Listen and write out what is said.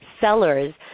sellers